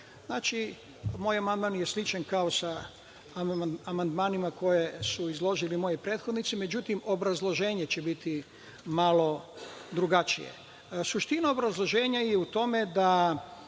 Znači, moj amandman je sličan sa amandmanima koje su izložili moji prethodnici. Međutim, obrazloženje će biti malo drugačije. Suština obrazloženja je u tome da